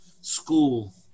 school